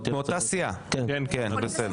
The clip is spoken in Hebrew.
מאותה סיעה?